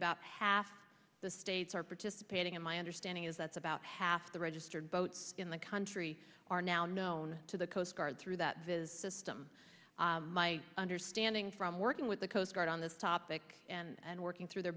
about half the states are participating and my understanding is that's about half the registered boats in the country are now known to the coast guard through that does system my understanding from working with the coast guard on this topic and working through the